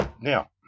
Now